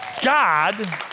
God